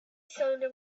cylinder